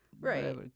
right